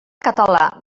català